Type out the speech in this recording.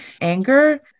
anger